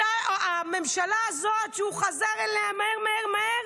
אותה הממשלה הזאת שהוא חזר אליה מהר מהר מהר,